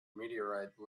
meteorite